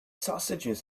sausages